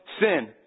sin